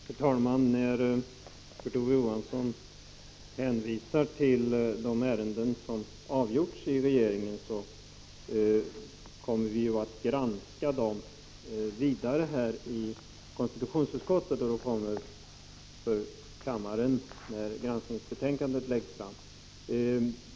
Herr talman! Kurt Ove Johansson hänvisar till de ärenden som avgjorts i regeringen. Vi kommer ju att granska dem vidare i konstitutionsutskottet, och de kommer att redovisas för kammaren när granskningsbetänkandet läggs fram.